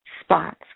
spots